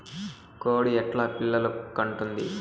కోడి ఎట్లా పిల్లలు కంటుంది?